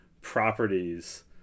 properties